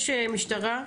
יש משטרה,